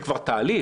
זה כבר תהליך.